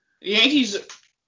Yankees